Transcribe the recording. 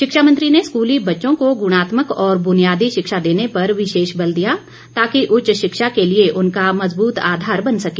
शिक्षा मंत्री ने स्कूली बच्चों को गुणात्मक और बुनियादी शिक्षा देने पर विशेष बल दिया ताकि उच्च शिक्षा के लिए उनका मजबूत आधार बन सके